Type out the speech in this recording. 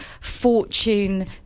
fortune